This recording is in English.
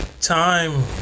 time